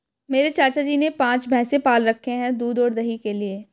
मेरे चाचा जी ने पांच भैंसे पाल रखे हैं दूध और दही के लिए